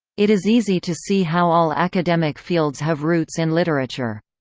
it is easy to see how all academic fields have roots in literature.